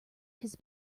his